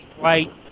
right